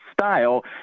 style